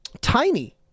tiny